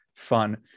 fun